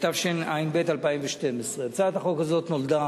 התשע"ב 2012. הצעת החוק הזאת נולדה